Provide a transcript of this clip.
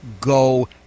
go